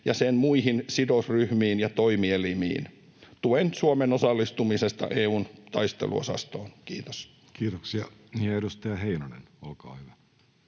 ja sen muihin sidosryhmiin ja toimielimiin. Tuen Suomen osallistumista EU:n taisteluosastoon. — Kiitos. Kiitoksia. — Ja edustaja Heinonen, olkaa hyvä.